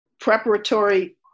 preparatory